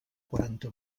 quaranta